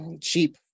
cheap